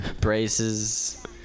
braces